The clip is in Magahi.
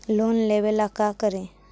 लोन लेबे ला का करि?